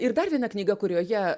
ir dar viena knyga kurioje